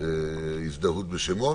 "הזדהות בשמות".